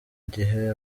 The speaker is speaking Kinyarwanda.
gihe